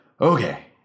Okay